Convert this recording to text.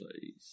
please